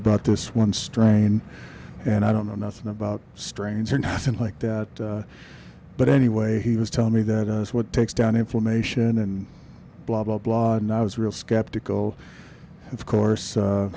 about this one strain and i don't know nothin about strains are nothing like that but anyway he was telling me that is what takes down inflammation and blah blah blah and i was real skeptical of course